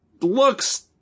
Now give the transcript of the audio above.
looks